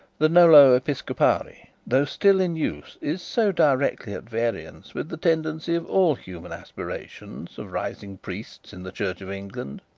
the nolo episcopari, though still in use, is so directly at variance with the tendency of all human aspirations of rising priests in the church of england.